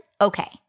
okay